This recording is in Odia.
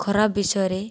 ଖରାପ ବିଷୟରେ